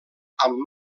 amb